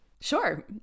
Sure